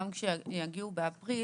גם אלה שיגיעו באפריל